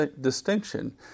distinction